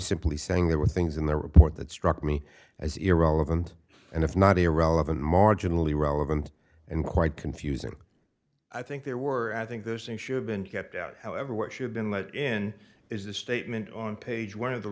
simply saying there were things in the report that struck me as irrelevant and if not irrelevant marginally relevant and quite confusing i think there were i think those things should have been kept out however what you have been let in is the statement on page one of the